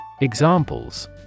Examples